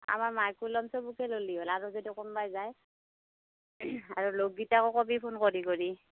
আমাৰ মাইকো ল'ম চবকে ল'লে হ'ল আৰু যদি কোনোবাই যায় আৰু লগ গিটাকো ক'ব ফোন কৰি কৰি